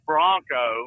Bronco